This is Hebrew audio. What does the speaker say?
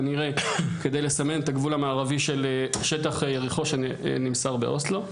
כנראה כדי לסמן את הגבול המערבי של שטח יריחו שנמסר באוסלו.